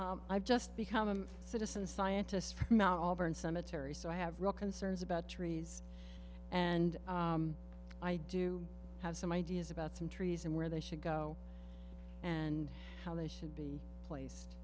yes i've just become a citizen scientists from malvern cemetery so i have real concerns about trees and i do have some ideas about some trees and where they should go and how they should be placed